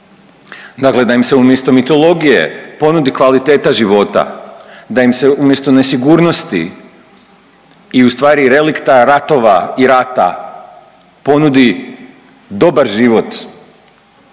Dakle, da im se umjesto mitologije ponudi kvaliteta života, da im se umjesto nesigurnosti i u stvari relikta ratova i rata ponudi dobar život.